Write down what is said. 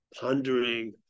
pondering